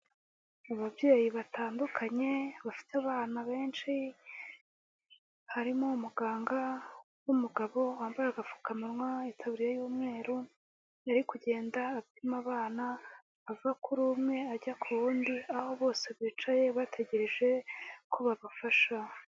Ababyeyi batandukanye bafite abana benshi, harimo umuganga w'umugabo, wambaye agapfukamanywa n'itabiriya y'umweru, ari kugenda apima abana, ava kuri umwe ajya ku wundi, aho bose bicaye bategereje ko babafasha.